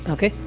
Okay